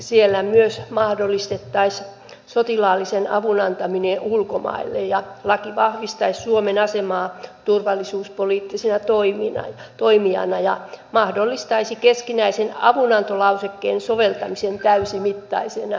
siellä myös mahdollistettaisiin sotilaallisen avun antaminen ulkomaille ja laki vahvistaisi suomen asemaa turvallisuuspoliittisena toimijana ja mahdollistaisi keskinäisen avunantolausekkeen soveltamisen täysimittaisena